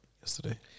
yesterday